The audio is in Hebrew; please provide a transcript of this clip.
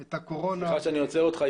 סליחה שאני עוצר אותך.